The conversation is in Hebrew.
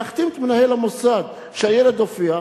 מלהחתים את מנהל המוסד שהילד הופיע?